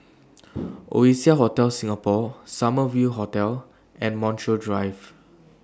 Oasia Hotel Singapore Summer View Hotel and Montreal Drive